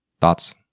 thoughts